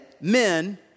men